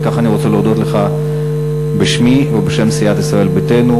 על כך אני רוצה להודות לך בשמי ובשם סיעת ישראל ביתנו,